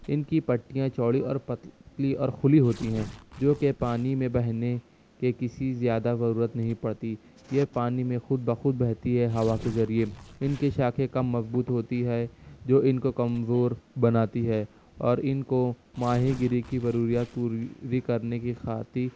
ان کی پٹیاں چوڑی اور پتلی اور کھلی ہوتی ہیں جوکہ پانی میں بہنے کے کسی زیادہ ضرورت نہیں پڑتی یہ پانی میں خود بخود بہتی ہے ہوا کے ذریعہ ان کی شاخیں کم مضبوط ہوتی ہے جو ان کو کمزور بناتی ہے اور ان کو ماہی گیری کی ضروریات پوری کر نے کی خاطی